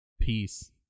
peace